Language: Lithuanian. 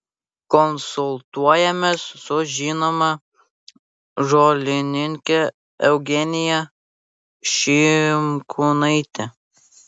konsultuojamės su žinoma žolininke eugenija šimkūnaite